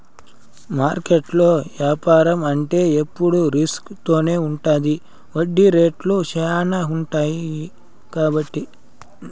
మార్కెట్లో యాపారం అంటే ఎప్పుడు రిస్క్ తోనే ఉంటది వడ్డీ రేట్లు శ్యానా ఉంటాయి కాబట్టి